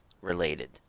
related